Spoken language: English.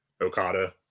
Okada